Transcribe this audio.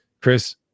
Chris